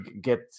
get